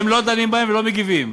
הם לא דנים בהן ולא מגיבים.